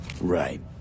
Right